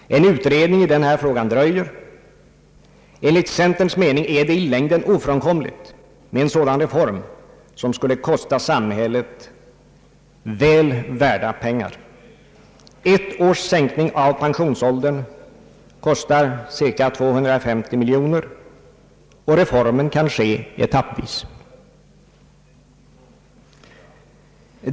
En utredning i den här frågan dröjer. Enligt centerpartiets mening är det i längden ofrånkomligt med en sådan reform, vilken skulle kosta samhället väl använda pengar. Ett års sänkning av pensionsåldern kostar cirka 250 miljoner kronor, och reformen kan ske etappvis.